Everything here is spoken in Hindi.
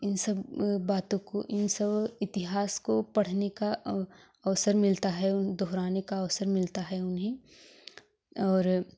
इन सब बातों को इन सब इतिहास को पढ़ने का अवसर मिलता है और दोहराने का अवसर मिलता है उन्हें और